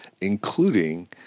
including